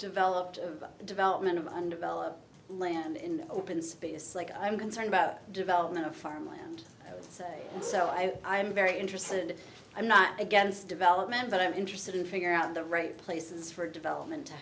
developed of the development of undeveloped land in open space like i'm concerned about development of farmland and so i i am very interested i'm not against development but i'm interested in figure out the right places for development to